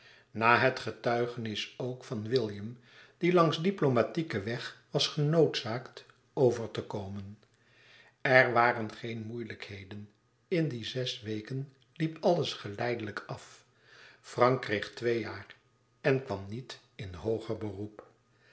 na het getuigenis ook van william die langs diplomatieken weg was genoodzaakt over te komen er waren geen moeilijkheden in die zes weken liep alles geleidelijk af frank kreeg twee jaar en kwam niet in hooger beroep